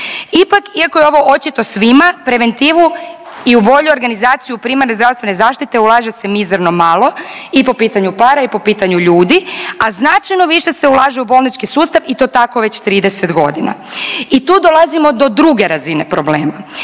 Ipak iako je ovo očito svima preventivu i u bolju organizaciju primarne zdravstvene zaštite ulaže se mizerno malo i po pitanju para i po pitanju ljudi, a značajno više se ulaže u bolnički sustav i to tako već 30 godina. I tu dolazimo do druge razine problema,